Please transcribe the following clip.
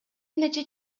нече